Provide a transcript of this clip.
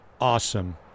awesome